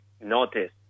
notice